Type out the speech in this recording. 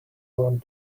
one